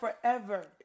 forever